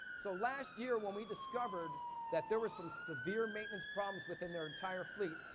so, last year when we discovered that there was some severe maintenance problems within their entire fleet,